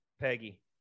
Peggy